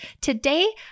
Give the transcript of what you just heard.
Today